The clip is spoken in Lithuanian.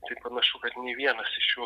tai panašu kad nei vienas iš jų